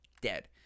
dead